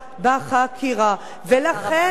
ולכן אני אומרת קובעת פטור לגבי דת.